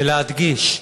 ולהדגיש: